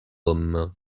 homme